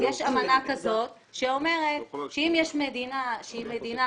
יש אמנה כזאת שאומרת שאם יש מדינה שהיא מדינה